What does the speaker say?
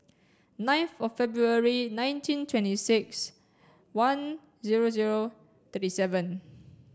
ninth of February nineteen twenty six one zero zero thirty seven